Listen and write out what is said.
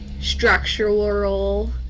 structural